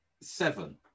Seven